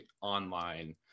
online